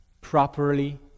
properly